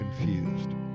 confused